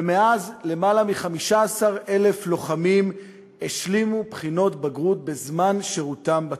ומאז למעלה מ-15,000 לוחמים השלימו בחינות בגרות בזמן שירותם בצבא.